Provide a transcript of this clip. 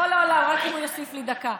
רק אם הוא יוסיף לי דקה.